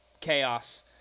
chaos